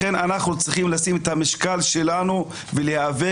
לכן אנחנו צריכים לשים את המשקל שלנו ולהיאבק